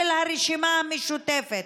של הרשימה המשותפת,